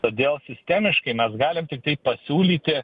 todėl sistemiškai mes galim tiktai pasiūlyti